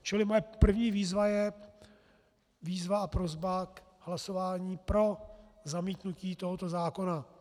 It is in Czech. Čili moje první výzva je výzva a prosba k hlasování pro zamítnutí tohoto zákona.